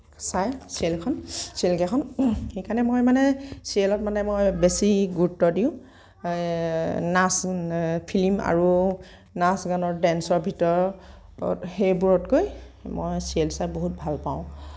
চাই চিৰিয়েলখন চিৰিয়েলকেইখন সেইকাৰণে মই মানে চিৰিয়েলত মানে মই বেছি গুৰুত্ব দিওঁ নাচ ফিল্ম আৰু নাচ গানৰ ডেঞ্চৰ ভিতৰত সেইবোৰতকৈ মই চিৰিয়েল চাই বহুত ভাল পাওঁ